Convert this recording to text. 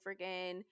freaking